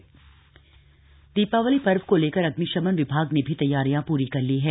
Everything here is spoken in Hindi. प्रशासन तैयारी दीपावली पर्व को लेकर अग्निशमन विभाग ने भी तैयारियां पूरी कर ली हैं